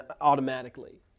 automatically